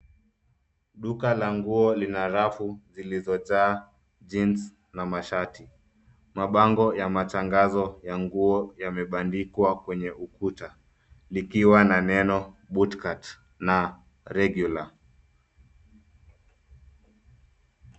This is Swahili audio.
Duka la nguo lina rafu zilizojaa jeans , na mashati, mabango ya matangazo ya nguo yamebadikwa kwenye, ukuta, likiwa na neno, bootcut na regular .